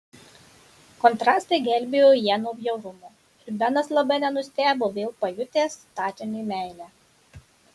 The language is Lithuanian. kontrastai gelbėjo ją nuo bjaurumo ir benas labai nenustebo vėl pajutęs statiniui meilę